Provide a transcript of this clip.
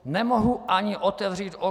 Nemohu ani otevřít okno.